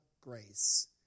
grace